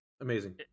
Amazing